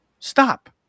stop